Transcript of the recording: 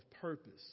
purpose